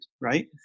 right